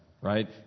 right